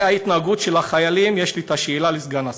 וההתנהגות של החיילים, יש את השאלה לסגן השר: